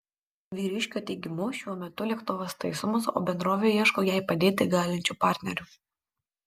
vyriškio teigimu šiuo metu lėktuvas taisomas o bendrovė ieško jai padėti galinčių partnerių